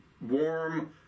warm